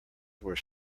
were